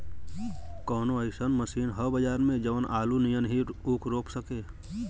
कवनो अइसन मशीन ह बजार में जवन आलू नियनही ऊख रोप सके?